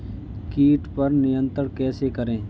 कीट पर नियंत्रण कैसे करें?